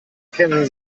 ken